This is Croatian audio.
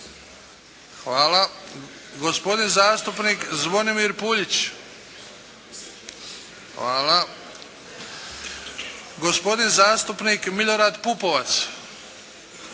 gospodin zastupnik Zvonimir Puljić, gospodin zastupnik Milorad Pupovac,